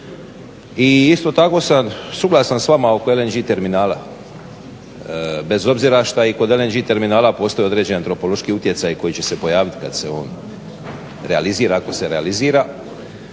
i isto tako sam suglasan s vama oko LNG terminala. Bez obzira šta je i kod LNG terminala postoje određeni antropološki utjecaji koji će se pojavit kad se on realizira, ako se realizira.